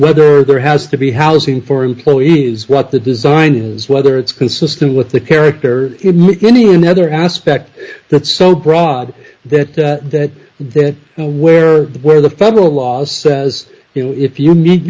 whether there has to be housing for employees what the design is whether it's consistent with the character anyway in the other aspect that's so broad that that there where where the federal laws says you know if you meet